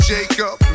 Jacob